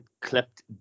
clipped